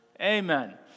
Amen